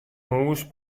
hûs